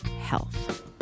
health